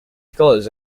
scholars